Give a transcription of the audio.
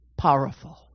powerful